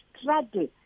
struggle